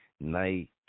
night